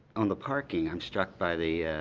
on the parking, i'm struck by the